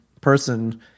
person